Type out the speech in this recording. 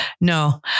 No